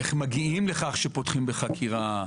איך מגיעים לכך שפותחים בחקירה,